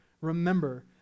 remember